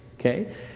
Okay